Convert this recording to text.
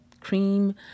cream